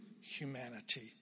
humanity